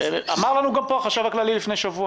אמר לנו גם פה החשב הכללי לפני שבוע